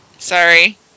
Sorry